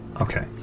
Okay